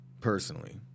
personally